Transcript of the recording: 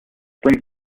brings